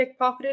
pickpocketed